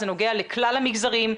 זה נוגע לכלל המגזרים,